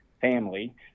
family